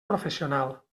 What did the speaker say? professional